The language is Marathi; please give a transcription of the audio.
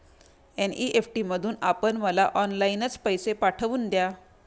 एन.ई.एफ.टी मधून आपण मला ऑनलाईनच पैसे पाठवून द्या